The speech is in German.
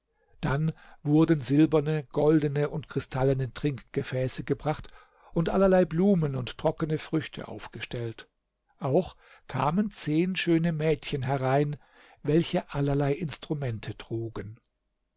dann wurden silberne goldene und kristallene trinkgefäße gebracht und allerlei blumen und trockene früchte aufgestellt auch kamen zehn schöne mädchen herein welche allerlei instrumente trugen